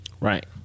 Right